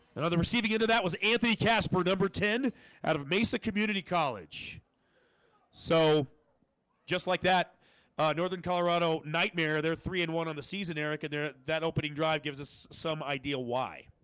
another receiving into that was anthony casper number ten out of mesa community college so just like that northern colorado nightmare there three and one on the season eric and their that opening drive gives us some idea why